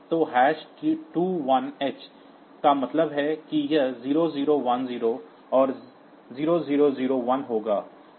तो 21 h का मतलब है कि यह 0 0 1 0 और 0 0 0 1 होगा